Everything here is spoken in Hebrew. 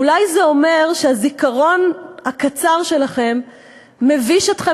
אולי זה אומר שהזיכרון הקצר שלכם מבייש אתכם